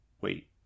Wait